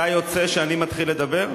אתה יוצא כשאני מתחיל לדבר?